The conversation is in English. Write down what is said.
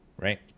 right